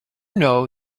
know